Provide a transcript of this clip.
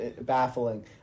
baffling